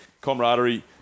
camaraderie